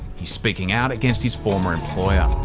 he's speaking out against his former employer.